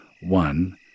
One